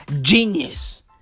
genius